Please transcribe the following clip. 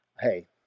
Hey